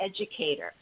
educator